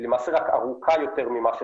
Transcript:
היא למעשה רק ארוכה יותר ממה שחשבו.